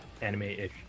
anime-ish